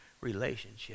relationship